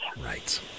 Right